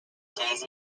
daisy